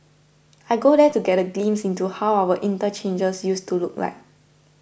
I go there to get a glimpse into how our interchanges used to look like